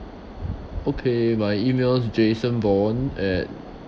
okay my email's jason von at